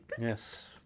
Yes